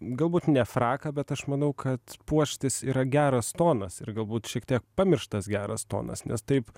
galbūt ne fraką bet aš manau kad puoštis yra geras tonas ir galbūt šiek tiek pamirštas geras tonas nes taip